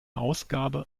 ausgabe